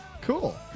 cool